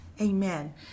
Amen